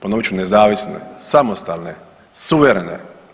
Ponovit ću nezavisne, samostalne, suverene.